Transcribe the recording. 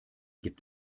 gibt